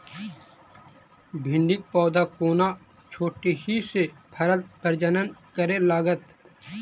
भिंडीक पौधा कोना छोटहि सँ फरय प्रजनन करै लागत?